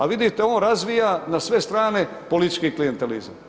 A vidite on razvija na sve strane politički klijentelizam.